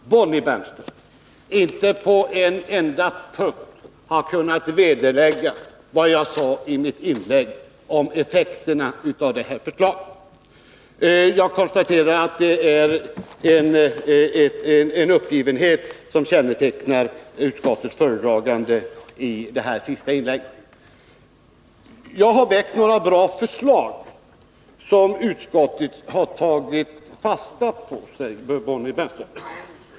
Herr talman! Jag konstaterar att Bonnie Bernström inte på en enda punkt kunnat vederlägga vad jag sade i mitt inlägg om effekterna av det här förslaget. Det var uppgivenhet som kännetecknade utskottets föredragande i hennes senaste inlägg. Bonnie Bernström sade att jag väckt några bra förslag som utskottet tagit fasta på.